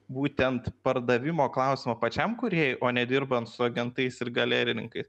būtent pardavimo klausimą pačiam kūrėjui o nedirbant su agentais ir galerininkais